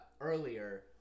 earlier